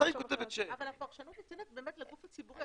הפרשנות ניתנת לגוף הציבורי.